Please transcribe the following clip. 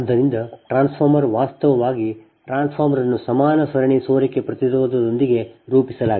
ಆದ್ದರಿಂದ ಟ್ರಾನ್ಸ್ಫಾರ್ಮರ್ ವಾಸ್ತವವಾಗಿ ಟ್ರಾನ್ಸ್ಫಾರ್ಮರ್ ಅನ್ನು ಸಮಾನ ಸರಣಿ ಸೋರಿಕೆ ಪ್ರತಿರೋಧದೊಂದಿಗೆ ರೂಪಿಸಲಾಗಿದೆ